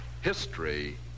history